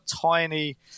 tiny